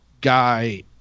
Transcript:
guy